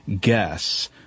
guess